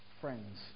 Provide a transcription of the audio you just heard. friends